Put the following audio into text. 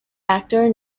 actor